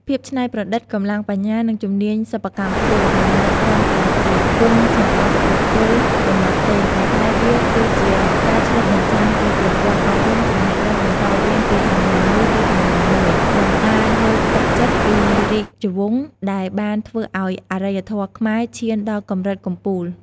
ភាពច្នៃប្រឌិត កម្លាំងបញ្ញា និងជំនាញសិប្បកម្មខ្ពស់ មិនមែនត្រឹមតែជាគុណសម្បត្តិបុគ្គលប៉ុណ្ណោះទេ ប៉ុន្តែវាគឺជាការឆ្លុះបញ្ចាំងពីប្រព័ន្ធអប់រំ ចំណេះដឹងបន្តវេនពីជំនាន់មួយទៅជំនាន់មួយ និងការលើកទឹកចិត្តពីរាជវង្សដែលបានធ្វើឱ្យអរិយធម៌ខ្មែរឈានដល់កម្រិតកំពូល។